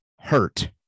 hurt